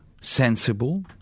sensible